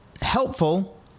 helpful